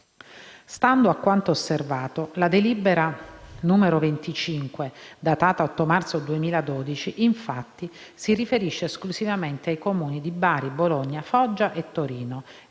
stando a quanto osservato, la delibera n. 25 datata 8 marzo 2012, infatti, «si riferisce esclusivamente ai Comuni di Bari, Bologna, Foggia e Torino»